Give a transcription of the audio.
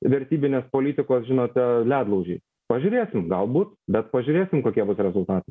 vertybinės politikos žinote ledlaužiais pažiūrėsim galbūt bet pažiūrėsim kokie rezultatai